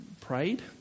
prayed